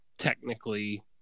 technically